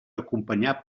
acompanyar